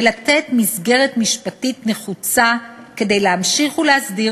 ולתת מסגרת משפטית נחוצה כדי להמשיך ולהסדיר